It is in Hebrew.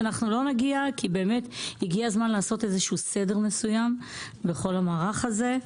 אנחנו לא נגיע לכאוס כי באמת הגיע הזמן לעשות סדר מסוים בכל המערך הזה.